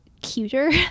cuter